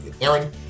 Aaron